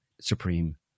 supreme